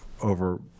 over